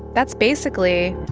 that's basically.